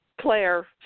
Claire